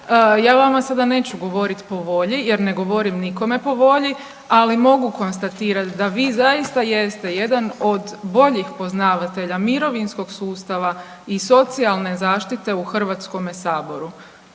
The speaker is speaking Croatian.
Ja vama sada neću govorit po volji jer ne govorim nikome po volji, ali mogu konstatirati da vi zaista jeste jedan od boljih poznavatelja mirovinskog sustava i socijalne zaštite u Hrvatskome saboru.